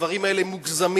הדברים האלה מוגזמים,